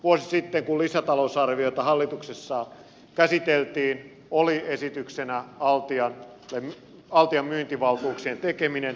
vuosi sitten kun lisätalousarviota hallituksessa käsiteltiin oli esityksenä altian myyntivaltuuksien tekeminen